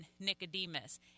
Nicodemus